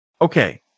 Okay